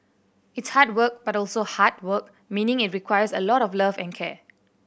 it's hard work but also heart work meaning it requires a lot of love and care